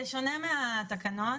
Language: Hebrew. בשונה מהתקנות,